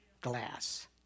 glass